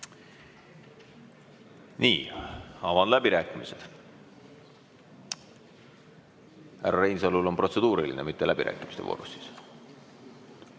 Nii, avan läbirääkimised. Härra Reinsalul on protseduuriline, mitte läbirääkimiste soov.